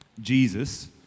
Jesus